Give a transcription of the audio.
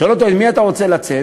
שואל אותו: עם מי אתה רוצה לצאת?